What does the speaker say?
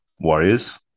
Warriors